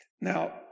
Now